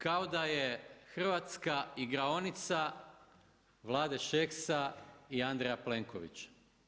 Kao da je Hrvatska igraonica Vlade Šeksa i Andreja Plenkovića.